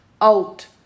out